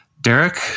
Derek